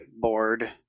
board